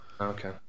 okay